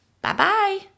Bye-bye